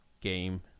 game